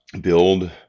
build